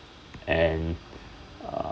and uh